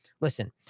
listen